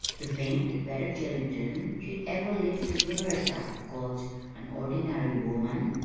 to think that betty tillington should ever live to hear herself called an ordinary woman!